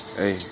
hey